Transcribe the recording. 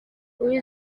kuri